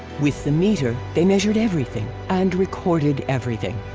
with the meter, they measured everything, and recorded everything.